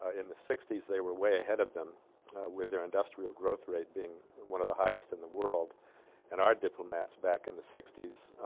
ah in the sixties they were way ahead of them with their industrial growth rate being one of the highest in the world and our diplomats back in the sixties